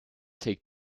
take